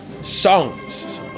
songs